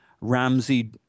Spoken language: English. Ramsey